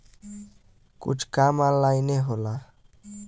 कुल काम ऑन्लाइने होला